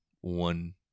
one